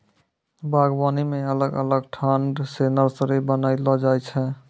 बागवानी मे अलग अलग ठंग से नर्सरी बनाइलो जाय छै